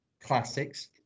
classics